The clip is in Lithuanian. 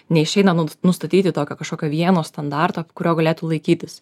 neišeina mums nustatyti tokio kažkokio vieno standarto kurio galėtų laikytis